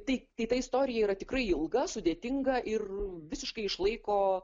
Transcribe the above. tai tai ta istorija yra tikrai ilga sudėtinga ir visiškai išlaiko